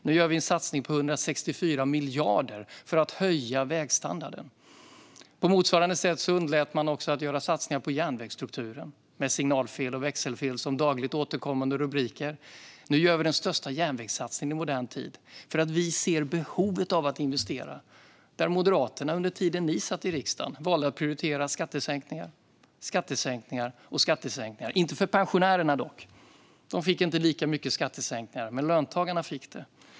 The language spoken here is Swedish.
Nu gör vi en satsning på 164 miljarder för att höja vägstandarden. På motsvarande sätt underlät man även att göra satsningar på järnvägsstrukturen, med signalfel och växelfel som dagligt återkommande rubriker. Nu gör vi den största järnvägssatsningen i modern tid, för vi ser behovet av att investera. Under den tiden Moderaterna satt i regering valde man att prioritera skattesänkningar, skattesänkningar och ytterligare skattesänkningar - men inte för pensionärerna! De fick inte lika mycket skattesänkningar som löntagarna.